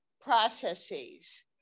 processes